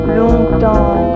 longtemps